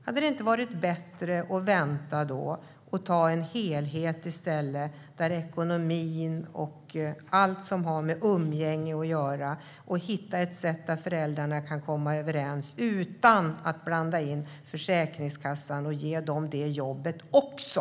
Hade det inte varit bättre att vänta och i stället ha en helhet med ekonomi och allt som har med umgänge att göra och hitta ett sätt där föräldrarna kan komma överens utan att blanda in Försäkringskassan och ge dem det jobbet också?